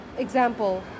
example